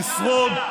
תשרוד,